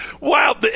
Wow